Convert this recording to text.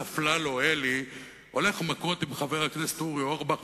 די מתוחים ומעצבנים וקצת עייפות,